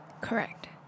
Correct